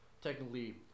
technically